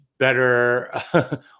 Better